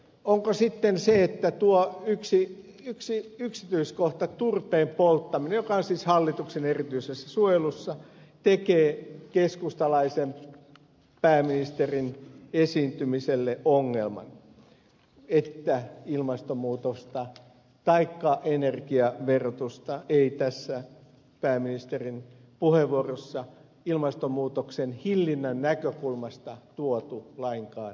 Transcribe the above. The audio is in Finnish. onko sitten niin että tuo yksi yksityiskohta turpeen polttaminen joka on siis hallituksen erityisessä suojelussa tekee keskustalaisen pääministerin esiintymiselle ongelman että ilmastonmuutosta taikka energiaverotusta ei tässä pääministerin puheenvuorossa ilmastonmuutoksen hillinnän näkökulmasta tuotu lainkaan esille